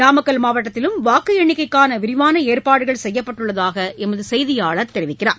நாமக்கல் மாவட்டத்திலும் வாக்கு எண்ணிக்கைக்கான விரிவான ஏற்பாடுகள் செய்யப்பட்டுள்ளதாக எமது செய்தியாளர் தெரிவிக்கிறார்